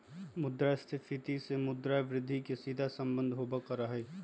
मुद्रास्फीती से मुद्रा वृद्धि के सीधा सम्बन्ध होबल करा हई